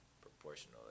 proportional